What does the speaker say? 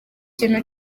kimwe